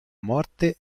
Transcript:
morte